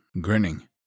grinning